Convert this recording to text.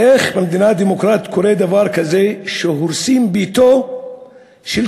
איך במדינה דמוקרטית קורה דבר כזה שהורסים בית של קשיש.